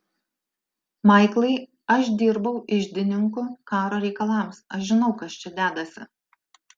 maiklai aš dirbau iždininku karo reikalams aš žinau kas čia dedasi